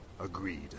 Agreed